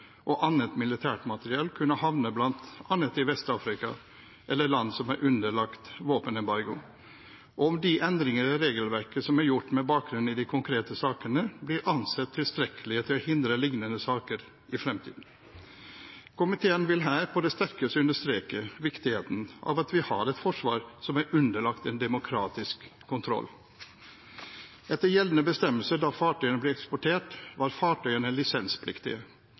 og annet militært materiell kunne havne bl.a. i Vest-Afrika eller land som er underlagt våpenembargo, og om de endringer i regelverket som er gjort med bakgrunn i de konkrete sakene, blir ansett tilstrekkelige til å hindre lignende saker i fremtiden. Komiteen vil her på det sterkeste understreke viktigheten av at vi har et forsvar som er underlagt demokratisk kontroll. Etter gjeldende bestemmelser da fartøyene ble eksportert, var fartøyene lisenspliktige.